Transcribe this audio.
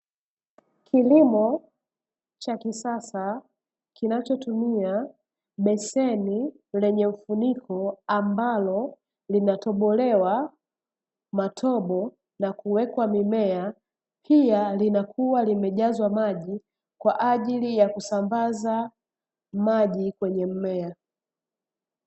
Kilimo cha kisasa kinachotumia beseni lenye mfuniko, ambalo linatobolewa matobo na kuwekwa mimea, pia linakuwa limejazwa maji kwa ajili ya kusambaza maji kwenye mmea.